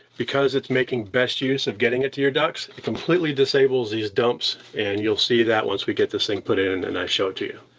because it's making best use of getting it to your ducts, it completely disables these dumps, and you'll see that once we get this thing put in and i show it to you.